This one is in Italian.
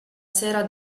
sera